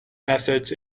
methods